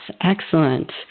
excellent